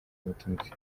abatutsi